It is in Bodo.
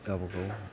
गावबागाव